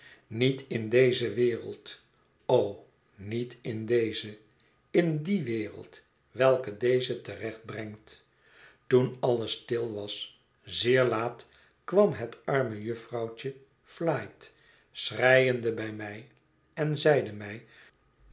niet in deze wereld o niet in deze in die wereld welke deze te recht brengt toen alles stil was zeer laat kwam het arme jufvrouwtje flite schreiende bij mij en zeide mij